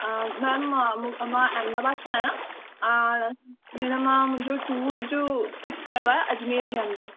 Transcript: ma'am मां अहमदाबाद सां आहियां आ हीअंर मां मुंहिंजो टूर जो फिक्स थियो आहे अजमेर जे अंदरि